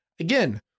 Again